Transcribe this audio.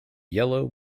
yellow